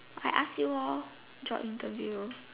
I ask you loh join interview